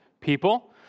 people